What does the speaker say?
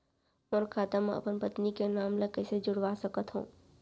मोर खाता म अपन पत्नी के नाम ल कैसे जुड़वा सकत हो?